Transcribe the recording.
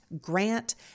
grant